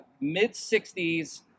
mid-60s